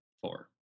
Four